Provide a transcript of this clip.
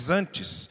antes